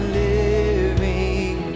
living